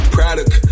Product